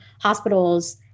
hospitals